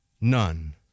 none